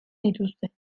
dituzte